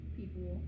people